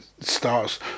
starts